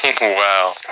Wow